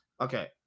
Okay